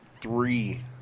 three